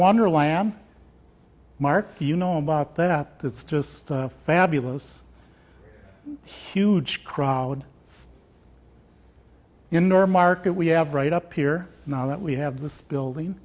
wonderland mark you know about that it's just fabulous huge crowd in nor market we have right up here now that we have this building